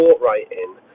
writing